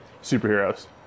superheroes